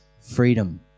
freedom